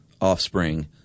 offspring